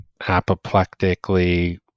apoplectically